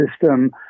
system